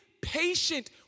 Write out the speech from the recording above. patient